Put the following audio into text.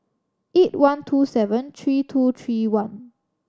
eight one two seven three two three one